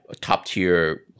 top-tier